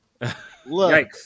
Yikes